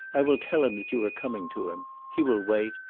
i will tell him that you are coming to him. he will wait.